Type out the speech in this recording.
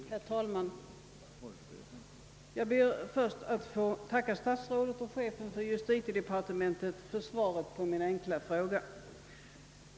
Herr talman! Jag ber först att få tacka statsrådet och chefen för justitiedepartementet för svaret på min enkla fråga.